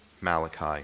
Malachi